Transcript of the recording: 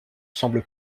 semble